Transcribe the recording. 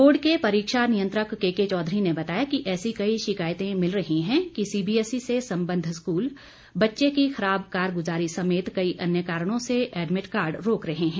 board के परीक्षा नियंत्रक केके चौधरी ने बताया कि ऐसी कई शिकायतें मिल रही हैं कि सीबीएसई से संबद्व स्कूल बच्चे की खराब कारगुजारी समेत कई अन्य कारणों से एडमिट कार्ड रोक रहे हैं